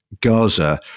Gaza